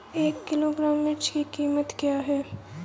एक किलोग्राम मिर्च की कीमत क्या है?